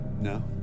No